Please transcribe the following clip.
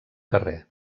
carrer